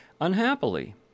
...unhappily